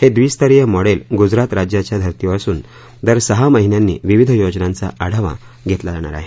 हे द्विस्तरीय मॉडेल गुजरात राज्याच्या धरतीवर असून दर सहा महिन्यांनी विविध योजनांचा आढावा घेतला जाणार आहे